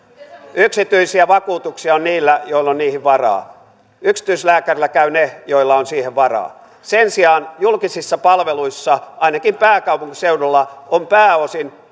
yksityisiä vakuutuksia on niillä joilla on niihin varaa yksityislääkärillä käyvät ne joilla on siihen varaa sen sijaan julkisissa palveluissa ainakin pääkaupunkiseudulla on pääosin